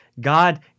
God